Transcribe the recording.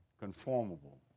conformable